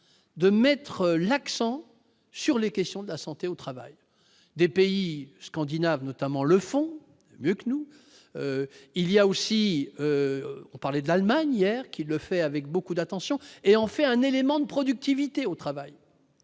de mettre l'accent sur les questions de la santé au travail des pays scandinaves, notamment le font mieux que nous, il y a aussi, on parlait de l'Allemagne, hier, qu'il le fait avec beaucoup d'attention et en fait un élément de productivité au travail